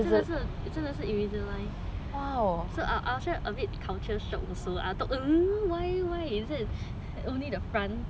真的是真的是 invisalign so I also a bit culture shock also I thought um why is it only the front